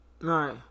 Right